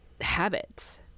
habits